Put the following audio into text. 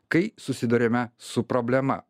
kai susiduriame su problema